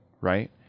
right